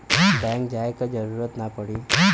bank जाये क जरूरत ना पड़ी